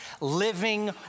living